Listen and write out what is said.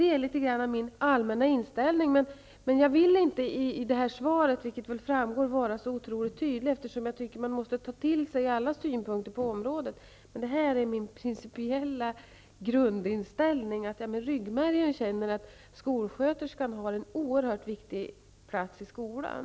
Det här är min allmänna inställning. Jag vill inte i det här svaret, vilket väl framgår, vara så otroligt tydlig, eftersom jag tycker att man måste ta till sig alla synpunkter på området. Men det är min principiella grundinställning, och jag känner i ryggmärgen att skolsköterskan har en oerhört viktig plats i skolan.